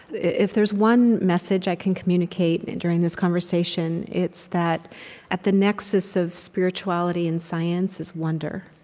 if there's one message i can communicate and and during this conversation, it's that at the nexus of spirituality and science is wonder.